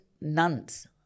nuns